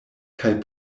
kaj